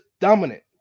dominant